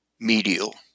Medial